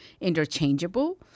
interchangeable